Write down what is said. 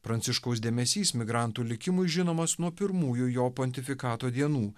pranciškaus dėmesys migrantų likimui žinomas nuo pirmųjų jo pontifikato dienų